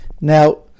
Now